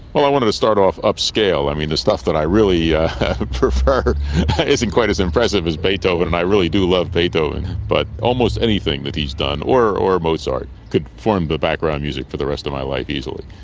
well, i wanted to start off upscale. i mean, the stuff that i really ah prefer isn't quite as impressive as beethoven and i really do love beethoven. but almost anything that he's done, or or mozart, could form the background music for the rest of my life, easily.